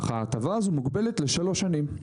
אך ההטבה הזאת מוגבלת לשלוש שנים.